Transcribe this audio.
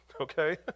okay